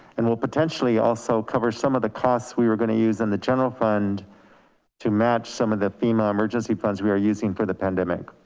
and we'll potentially also cover some of the costs we were going to use in the general fund to match some of the fema emergency funds we are using for the pandemic.